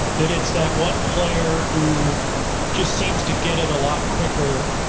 that it's that one player who just seems to get it a lot quicker,